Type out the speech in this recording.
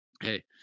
Hey